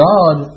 God